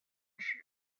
粮食